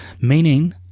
meaning